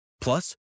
Plus